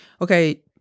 okay